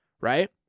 right